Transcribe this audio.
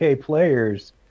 players